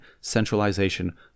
Centralization